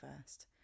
first